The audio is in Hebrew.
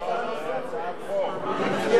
לא,